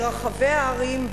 ברחבי הערים,